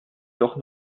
doch